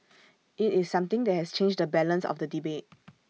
IT is something that has changed the balance of the debate